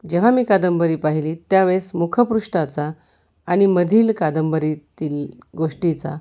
जेव्हा मी कादंबरी पाहिली त्यावेळेस मुखपृष्ठाचा आणि मधील कादंबरीतील गोष्टीचा